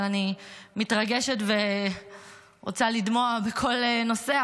אבל אני מתרגשת ורוצה לדמוע מכל נושא.